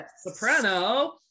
soprano